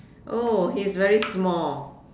oh he's very small